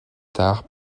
tard